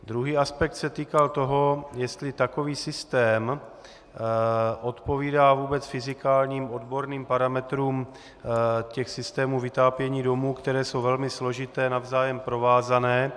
Druhý aspekt se týkal toho, jestli takový systém odpovídá vůbec fyzikálním odborným parametrům systémů vytápění domů, které jsou velmi složité, navzájem provázané.